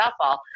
softball